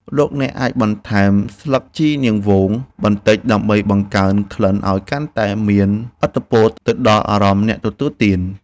លោកអ្នកអាចបន្ថែមស្លឹកជីរនាងវងបន្តិចដើម្បីបង្កើនក្លិនឱ្យកាន់តែមានឥទ្ធិពលទៅដល់អារម្មណ៍អ្នកទទួលទាន។